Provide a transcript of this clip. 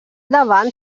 davant